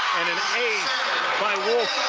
and an ace by wolf.